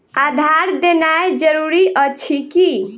आधार देनाय जरूरी अछि की?